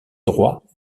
droit